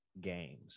games